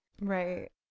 Right